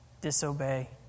Disobey